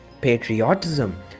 patriotism